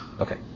Okay